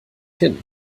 hin